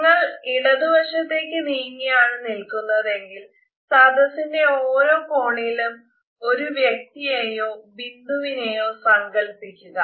നിങ്ങൾ ഇടതു വശത്തേക്കു നീങ്ങിയാണ് നില്കുന്നതെങ്കിൽ സദസിന്റെ ഓരോ കോണിലും ഒരു വ്യക്തിയെയോ ബിന്ദുവിനെയോ സങ്കല്പിക്കുക